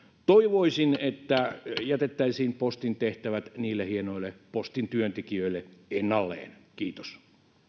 toivoisin että jätettäisiin postin tehtävät niille hienoille postin työntekijöille ennalleen kiitos